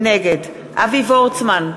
נגד אבי וורצמן,